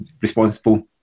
responsible